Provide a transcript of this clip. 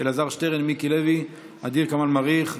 אלעזר שטרן, מיקי לוי, ע'דיר כמאל מריח,